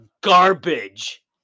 garbage